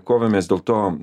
kovėmės dėl to